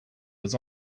was